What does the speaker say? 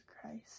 Christ